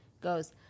Goes